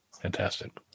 Fantastic